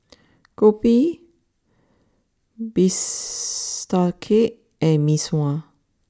Kopi Bistake and Mee Sua